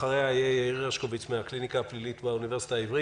ואחריה נשמע את יאיר הרשקוביץ מן הקליניקה הפלילית באוניברסיטה העברית.